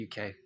uk